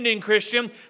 Christian